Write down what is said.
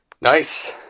Nice